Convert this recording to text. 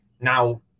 Now